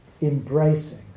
embracing